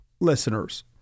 listeners